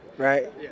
Right